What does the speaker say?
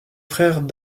frère